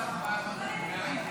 התשפ"ג 2023,